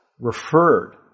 Referred